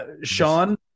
Sean